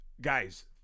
Guys